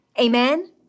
Amen